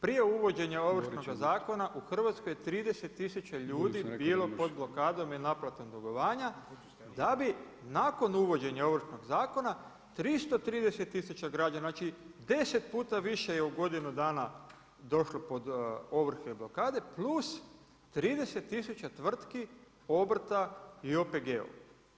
Prije uvođenja Ovršnoga zakona, u Hrvatsko je 30 tisuća ljudi bilo pod blokadom i naplatom dugovanja da bi nakon uvođenja Ovršnog zakon, 330 tisuća građana, znači 10 puta više je u godinu dana došlo pod ovrhe i blokade plus 30 tisuća tvrtki, obrta i OPG-ova.